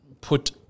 put